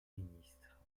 ministre